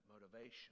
motivation